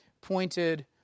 pointed